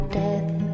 death